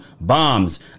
bombs